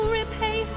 repay